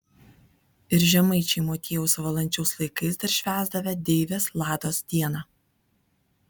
ir žemaičiai motiejaus valančiaus laikais dar švęsdavę deivės lados dieną